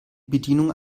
bedienung